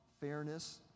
fairness